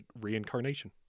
reincarnation